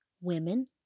Women